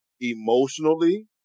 emotionally